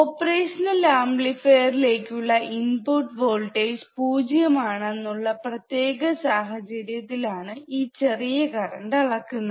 operational amplifier ലേക്കുള്ള input voltage പൂജ്യം ആണെന്നുള്ള പ്രത്യേക സാഹചര്യത്തിൽ ആണ് ഈ ചെറിയ കറണ്ട് അളക്കുന്നത്